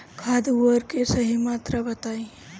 खाद उर्वरक के सही मात्रा बताई?